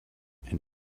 and